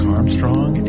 Armstrong